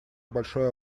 большой